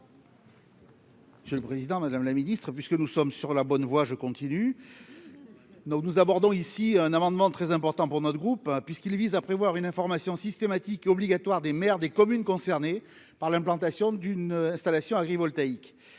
Monsieur le Président, Madame la Ministre, puisque nous sommes sur la bonne voie, je continue. Non, non. Donc nous abordons ici un amendement très important pour notre groupe, puisqu'il vise à prévoir une information systématique et obligatoire des maires des communes concernées par l'implantation d'une installation agree voltaïque